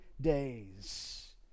days